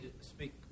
speak